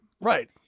right